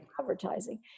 advertising